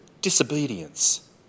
disobedience